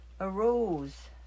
arose